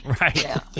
Right